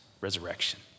resurrection